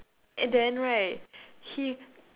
and then right he